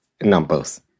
numbers